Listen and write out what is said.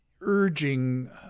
urging